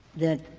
that